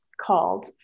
called